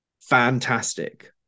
Fantastic